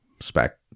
spec